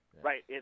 Right